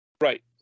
Right